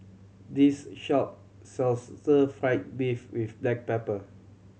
this shop sells Stir Fry beef with black pepper